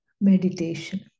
meditation